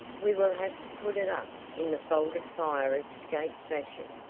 we will have to put it up in the folded fire escape fashion,